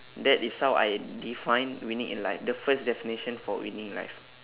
that is how I define winning in life the first definition for winning in life